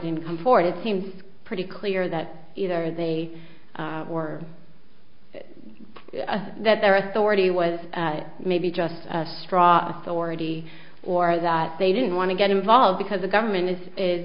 didn't come for it seems pretty clear that either they or that their authority was maybe just a straw sorority or that they didn't want to get involved because the government is is